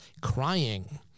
Crying